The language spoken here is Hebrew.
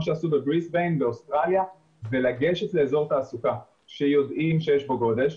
שעשו בבריזביין באוסטרליה ולגשת לאזור תעסוקה שיודעים שיש בו גודש,